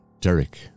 Derek